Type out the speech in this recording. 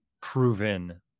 proven